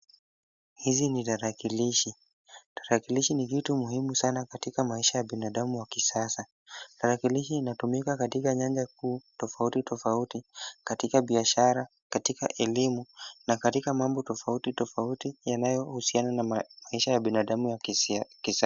Hizi ni tarakilishi. Tarakilishi ni kitu muhimu sana katika maisha ya binadamu wa kisasa. Tarakilishi inatumika katika nyanja kuu tofauti tofauti; katika biashara, katika elimu, na katika mambo tofauti tofauti yanayohusiana na maisha ya binadamu wa kisasa.